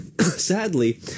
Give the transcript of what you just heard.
Sadly